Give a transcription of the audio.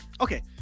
Okay